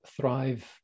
thrive